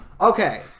Okay